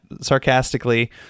sarcastically